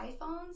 iPhones